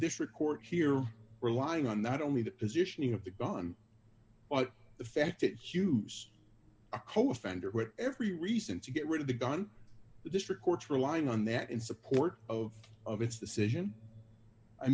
district court here relying on that only the positioning of the gun but the fact that hughes a co founder every reason to get rid of the gun the district courts relying on that in support of of its decision i